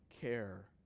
care